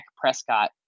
Prescott, –